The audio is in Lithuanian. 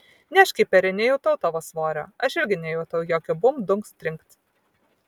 ne škiperi nejutau tavo svorio aš irgi nejutau jokio bumbt dunkst trinkt